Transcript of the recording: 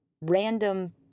random